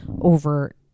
over